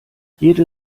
jede